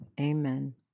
Amen